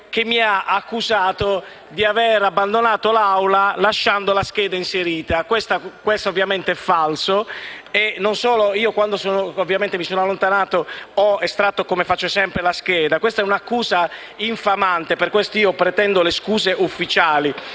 che mi ha accusato di aver abbandonato l'Aula lasciando la scheda inserita. Questo ovviamente è falso. Quando mi sono allontanato ho estratto, come faccio sempre, la scheda. È un'accusa infamante e per questo pretendo le scuse ufficiali.